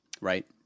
Right